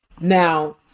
Now